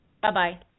Bye-bye